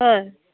হয়